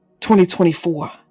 2024